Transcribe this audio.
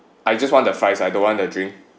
I just want the fries I don't want the drink